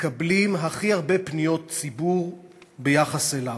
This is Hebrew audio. מקבלים הכי הרבה פניות ציבור ביחס אליו: